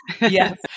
Yes